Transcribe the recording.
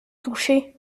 touchés